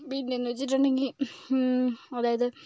beach എന്ന് വെച്ചിട്ടുണ്ടെങ്കിൽ അതായത്